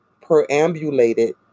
perambulated